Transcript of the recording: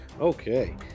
Okay